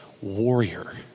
warrior